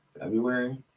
February